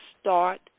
start